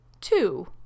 Two